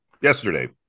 yesterday